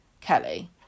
Kelly